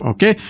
Okay